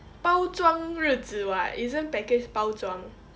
包装日子 [what] isn't package 包装